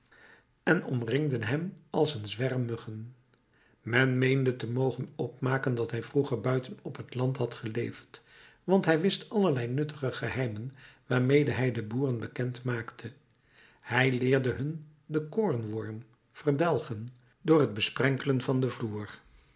en omringden hem als een zwerm muggen men meende te mogen opmaken dat hij vroeger buiten op het land had geleefd want hij wist allerlei nuttige geheimen waarmede hij de boeren bekend maakte hij leerde hun den koornworm verdelgen door het besprenkelen van den vloer